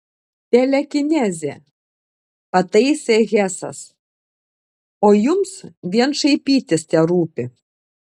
telekinezė pataisė hesas o jums vien šaipytis terūpi